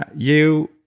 ah you